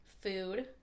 food